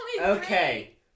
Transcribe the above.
Okay